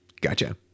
Gotcha